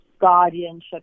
guardianship